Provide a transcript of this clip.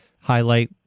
highlight